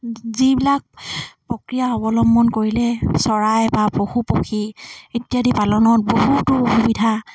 যিবিলাক প্ৰক্ৰিয়া অৱলম্বন কৰিলে চৰাই বা পশু পক্ষী ইত্যাদি পালনত বহুতো অসুবিধা